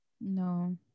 no